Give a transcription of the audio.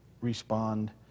respond